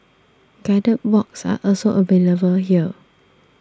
guided walks are also available here